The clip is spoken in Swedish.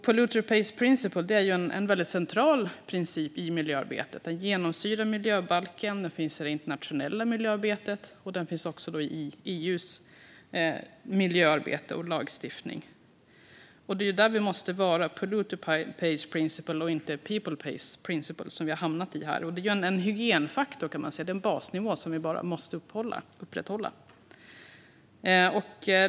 Polluter pays principle är en central princip i miljöarbetet. Den genomsyrar miljöbalken, den finns i det internationella miljöarbetet och den finns i EU:s miljöarbete och lagstiftning. Det är där vi måste vara, med polluter pays principle och inte med people pay principle, som vi har hamnat i här. Det är en hygienfaktor, en basnivå, som vi måste upprätthålla.